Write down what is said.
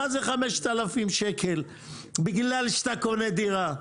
מה זה 5,000 שקל כשאתה קונה דירה?